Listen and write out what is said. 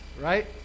right